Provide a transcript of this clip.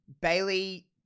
Bailey